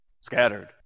Scattered